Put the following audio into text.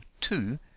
two